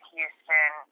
Houston